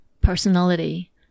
personality